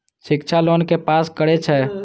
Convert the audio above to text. शिक्षा लोन के पास करें छै?